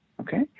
Okay